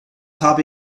habe